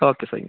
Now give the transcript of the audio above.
okay fine